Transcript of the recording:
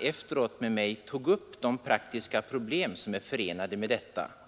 Efteråt tog han med mig upp de praktiska problem som är förenade med detta.